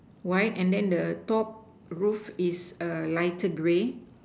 white and then the top roof is err lighter grey